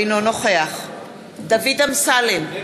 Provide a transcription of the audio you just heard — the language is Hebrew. אינו נוכח דוד אמסלם,